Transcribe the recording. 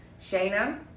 Shayna